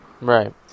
Right